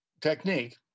technique